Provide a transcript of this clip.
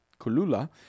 Kulula